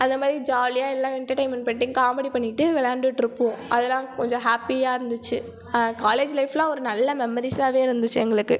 அதே மாதிரி ஜாலியாக எல்லா எண்டர்டெயின்மெண்ட் பண்ணிட்டு காமெடி பண்ணிட்டு விளையாண்டுட்ருப்போம் அதெல்லாம் கொஞ்சம் ஹாப்பியாக இருந்துச்சு காலேஜ் லைஃபெல்லாம் ஒரு நல்ல மெமரிஸாகவே இருந்துச்சு எங்களுக்கு